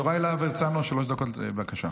יוראי להב הרצנו, שלוש דקות, בבקשה.